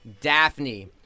Daphne